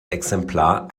exemplar